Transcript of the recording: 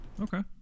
okay